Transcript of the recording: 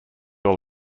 all